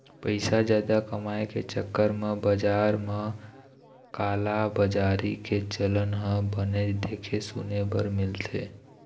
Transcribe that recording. पइसा जादा कमाए के चक्कर म बजार म कालाबजारी के चलन ह बनेच देखे सुने बर मिलथे